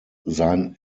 sein